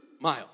miles